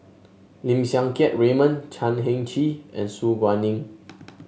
Lim Siang Keat Raymond Chan Heng Chee and Su Guaning